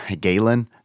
Galen